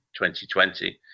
2020